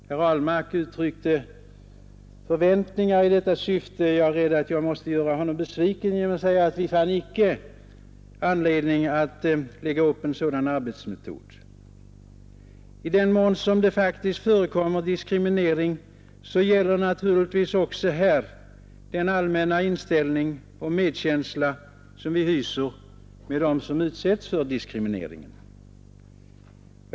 Herr Ahlmark uttryckte förväntningar i detta syfte, men jag är rädd för att jag måste göra honom besviken i det fallet genom att säga att vi inte har funnit anledning att lägga upp en sådan arbetsmetod. I den mån här faktiskt förekommer diskriminering gäller naturligtvis även här vår allmänna inställning och den medkänsla vi hyser med dem som utsätts för diskriminering.